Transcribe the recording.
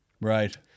right